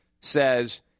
says